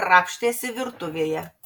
krapštėsi virtuvėje